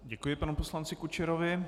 Děkuji panu poslanci Kučerovi.